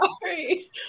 sorry